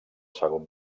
segon